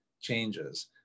changes